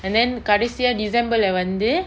and then கடைசியா:kadaisiya december lah வந்து:vanthu